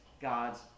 God's